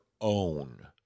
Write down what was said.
own